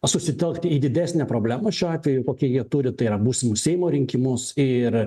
susitelkt į didesnę problemą šiuo atveju kokie jie turi tai yra būsimus seimo rinkimus ir